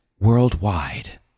worldwide